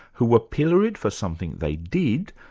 who were pilloried for something they did,